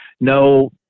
No